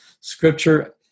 scripture